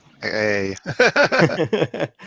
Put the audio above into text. Hey